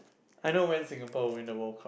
I know when Singapore will win the world